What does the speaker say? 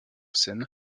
seine